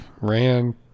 ran